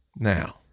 Now